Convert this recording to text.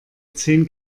zehn